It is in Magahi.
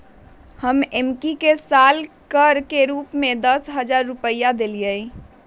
हम एम्की के साल कर के रूप में दस हज़ार रुपइया देलियइ